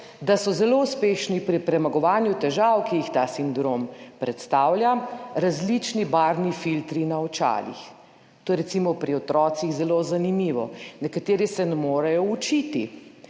da so zelo uspešni pri premagovanju težav, ki jih ta sindrom predstavlja, različni barvni filtri na očalih, to je recimo pri otrocih zelo zanimivo, nekateri se ne morejo učiti,